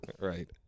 right